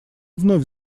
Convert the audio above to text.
вновь